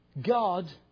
God